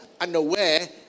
unaware